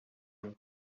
não